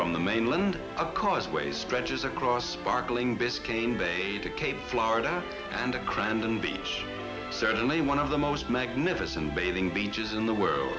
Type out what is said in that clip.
from the mainland across way stretches across sparkling biscayne bay to cape florida and to crandon be certainly one of the most magnificent bathing beaches in the world